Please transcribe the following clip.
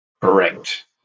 Correct